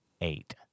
eight